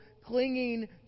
clinging